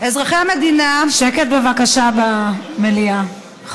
אזרחי המדינה, שקט במליאה, בבקשה.